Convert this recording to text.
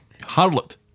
Harlot